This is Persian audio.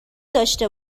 داشته